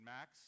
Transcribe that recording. Max